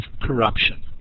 corruption